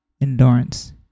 endurance